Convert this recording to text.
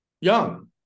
Young